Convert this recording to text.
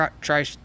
try